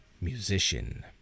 Musician